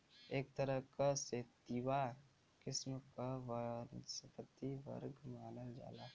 एक तरह क सेतिवा किस्म क वनस्पति वर्ग मानल जाला